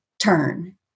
turn